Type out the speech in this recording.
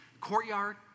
Courtyard